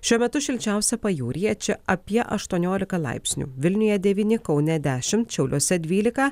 šiuo metu šilčiausia pajūryje čia apie aštuoniolika laipsnių vilniuje devyni kaune dešimt šiauliuose dvylika